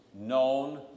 known